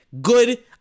good